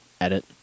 Edit